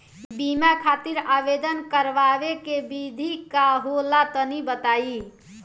बीमा खातिर आवेदन करावे के विधि का होला तनि बताईं?